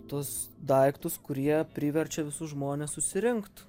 tuos daiktus kurie priverčia visus žmones susirinkt